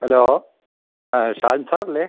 hello Shan സാറല്ലേ